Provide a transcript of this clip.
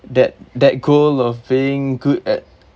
that that goal of being good at